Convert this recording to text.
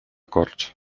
corts